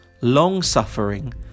long-suffering